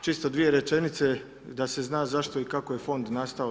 čisto dvije rečenice da se zna zašto i kako je Fond nastao.